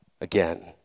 Again